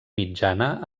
mitjana